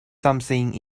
something